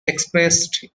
expressed